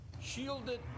shielded